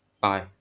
Bye